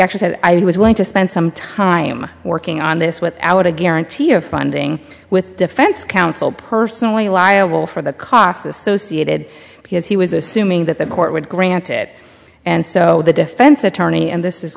actually said i was willing to spend some time working on this without a guarantee of funding with defense counsel personally liable for the costs associated because he was assuming that the court would grant it and so the defense attorney and this is